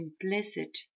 implicit